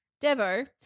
Devo